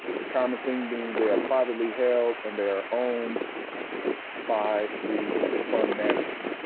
the common theme being they are privately held and they are owned by the fund managers.